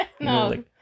No